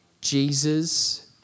Jesus